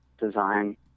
design